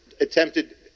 attempted